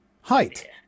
height